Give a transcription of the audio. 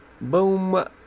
Boom